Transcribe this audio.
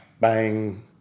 bang